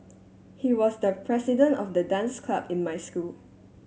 he was the president of the dance club in my school